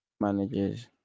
Managers